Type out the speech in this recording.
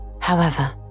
However